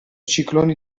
cicloni